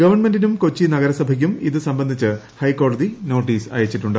ഗവൺമെയ്യുന്നുകൂകൊച്ചി നഗരസഭയ്ക്കും ഇത് സംബന്ധിച്ച് ഹൈക്കോടതി നോട്ടീസ് അയച്ചിട്ടുണ്ട്